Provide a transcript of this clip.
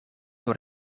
door